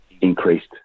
increased